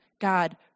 God